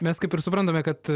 mes kaip ir suprantame kad